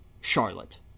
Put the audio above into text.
Charlotte